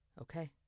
Okay